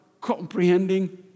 comprehending